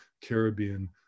Caribbean